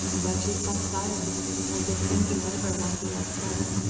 but she sat silent, as if thinking over what he had said,